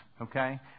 okay